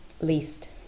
least